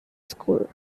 school